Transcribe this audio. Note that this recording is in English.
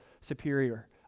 superior